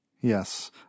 Yes